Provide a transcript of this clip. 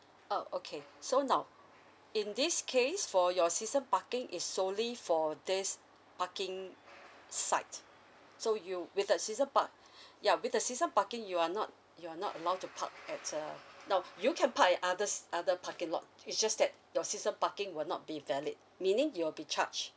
oh okay so now in this case for your season parking is solely for this parking site so you with the season par~ ya with the season parking you are not you are not allowed to park at uh now you can park at other s~ other parking lot it's just that your season parking will not be valid meaning you will be charged